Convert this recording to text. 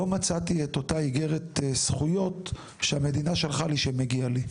לא מצאתי את אותה איגרת זכויות שהמדינה שלחה לי שמגיע לי,